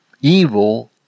evil